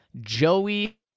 Joey